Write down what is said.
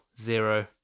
zero